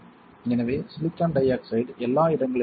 எனவே silicon dioxide எல்லா இடங்களிலும் உள்ளது